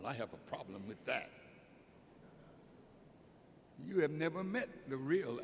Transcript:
have a problem with that you have never met the real